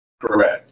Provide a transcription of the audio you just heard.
Correct